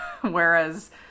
whereas